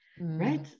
right